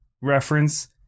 reference